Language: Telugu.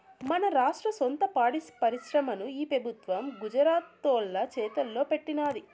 మన రాష్ట్ర సొంత పాడి పరిశ్రమని ఈ పెబుత్వం గుజరాతోల్ల చేతల్లో పెట్టినాది